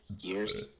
years